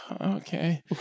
okay